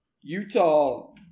Utah